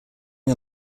are